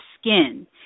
skin